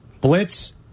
blitz